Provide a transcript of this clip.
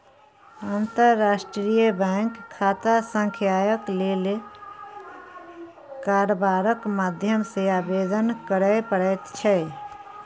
अंतर्राष्ट्रीय बैंक खाता संख्याक लेल कारबारक माध्यम सँ आवेदन करय पड़ैत छै